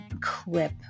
clip